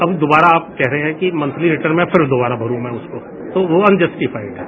अब दोबारा आप कह रहे हैं कि मंथली रिटर्न मैं फिर दोबारा भरू मैं उसको तो वो अनजस्टीफाइड है